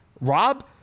Rob